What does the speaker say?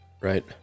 Right